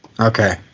Okay